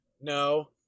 no